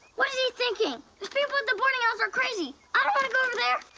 what is he thinking? those people at the boarding house are crazy. i don't wanna go over there.